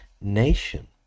nation